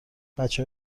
بچه